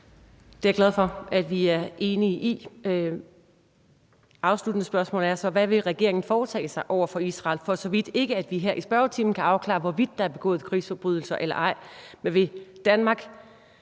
Det er jeg glad for at vi er enige om. Det afsluttende spørgsmål er så: Hvad vil regeringen foretage sig over for Israel? Det er for så vidt ikke sådan, at vi her i spørgetimen kan afklare, hvorvidt der er begået krigsforbrydelser eller ej, men vil Danmark